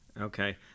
Okay